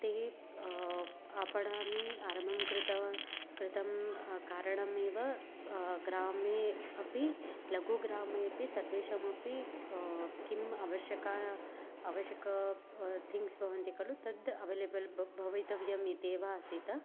ते आपणानि आरम्भं कृतवा कृतं कारणमेव ग्रामे अपि लघु ग्रामेपि सर्वेषामपि किम् आवश्यकाः आवश्यकः थिङ्ग्स् भवन्ति खलु तत् अवैलेबल् ब भवितव्यम् इत्येव आसीत्